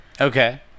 okay